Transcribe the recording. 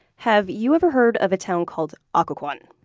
have you ever heard of a town called occoquan?